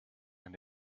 and